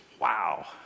Wow